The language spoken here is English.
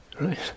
Right